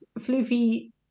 Fluffy